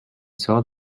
saw